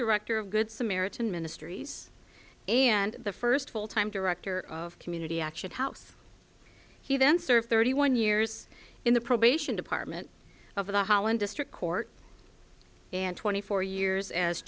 director of good samaritan ministries and the first full time director of community action house he then served thirty one years in the probation department of the holland district court and twenty four years as